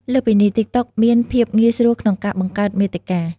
លើសពីនេះ ទីកតុក មាន ភាពងាយស្រួលក្នុងការបង្កើតមាតិកា។